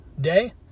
day